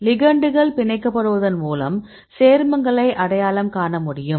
லிகெண்டுகள் பிணைக்கப்படுவதன் மூலம் சேர்மங்களை அடையாளம் காண முடியும்